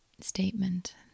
statement